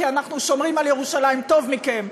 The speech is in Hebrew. כי אנחנו שומרים על ירושלים טוב מכם.